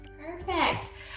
Perfect